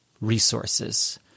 resources